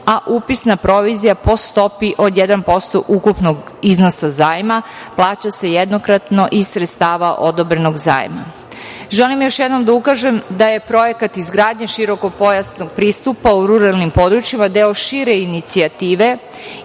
a upisna provizija po stopi od 1% ukupnog iznosa zajma plaća se jednokratno iz sredstava odobrenog zajma. Želim još jednom da ukažem da je projekat izgradnje širokopojasnog pristupa u ruralnim područjima deo šire inicijative